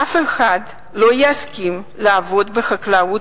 אף אחד לא יסכים לעבוד בחקלאות,